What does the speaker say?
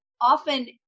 often